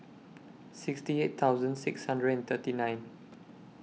sixty eight thousand six hundred and thirty nine